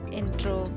intro